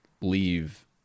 leave